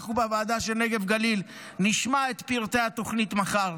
אנחנו בוועדת הנגב והגליל נשמע את פרטי התוכנית מחר,